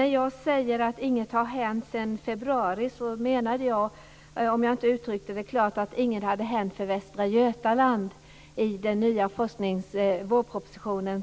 När jag sade att ingenting hade hänt sedan februari menade jag - även om jag inte uttryckte det klart - att inget hade hänt för Västra Götaland i vårpropositionen.